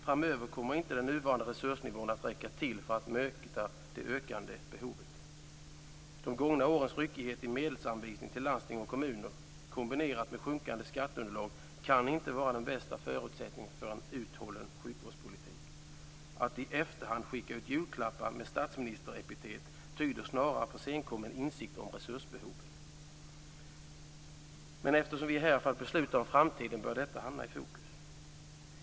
Framöver kommer den nuvarande resursnivån inte att räcka till för att möta det ökande behovet. De gångna årets ryckighet i medelsanvisning till landsting och kommuner, kombinerat med sjunkande skatteunderlag, kan inte vara den bästa förutsättningen för en uthållig sjukvårdspolitik. Att i efterhand skicka ut julklappar med statsministerepitet tyder snarare på senkommen insikt om resursbehoven. Men eftersom vi är här för att besluta om framtiden bör detta hamna i fokus.